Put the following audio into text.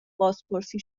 بازپرسی